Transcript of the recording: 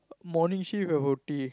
morning shift have O_T